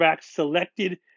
selected